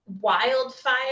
wildfire